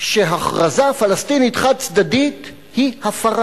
שהכרזה פלסטינית חד-צדדית היא הפרה